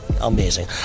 Amazing